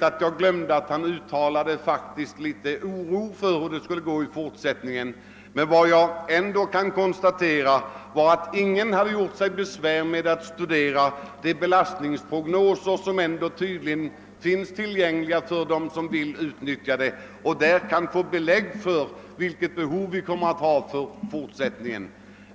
att jag glömde att herr Jonasson uttalade viss oro för hur det skulle gå i fortsättningen. Men vad jag ändå kunde konstatera var att ingen hade gjort sig besvär med de belastningsprognoser som ändå tydligen finns tillgängliga för dem som vill utnyttja prognoserna. Där kan man få belägg för vilket behov vi kommer att ha i fortsättningen.